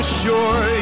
sure